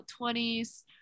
20s